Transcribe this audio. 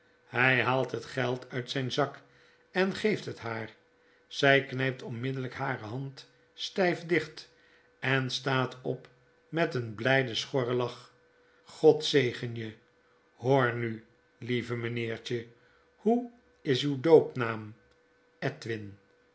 hij haalt het geld uit zijn zak en geeft het haar zij knijpt onmiddellijk hare hand stijf dicht en staat op met een blijden schorren lach god zegen je hoor nu lieve meneertje hoe is uw doopnaam edwin